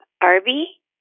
Arby